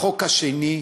החוק השני,